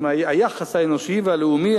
את הערך האנושי והערך הלאומי,